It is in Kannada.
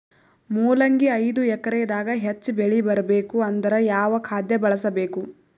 ಮೊಲಂಗಿ ಐದು ಎಕರೆ ದಾಗ ಹೆಚ್ಚ ಬೆಳಿ ಬರಬೇಕು ಅಂದರ ಯಾವ ಖಾದ್ಯ ಬಳಸಬೇಕು?